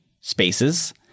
spaces